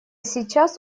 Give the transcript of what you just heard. сейчас